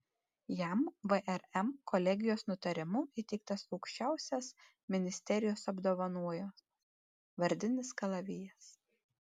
jam vrm kolegijos nutarimu įteiktas aukščiausias ministerijos apdovanojimas vardinis kalavijas